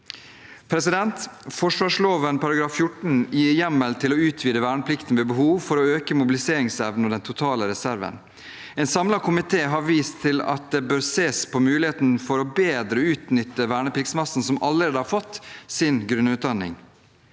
inn. Forsvarsloven § 14 gir hjemmel til å utvide verneplikten ved behov for å øke mobiliseringsevnen og den totale reserven. En samlet komité viser til at man bør se på muligheten for bedre å utnytte vernepliktsmassen, som allerede har fått sin grunnutdanning.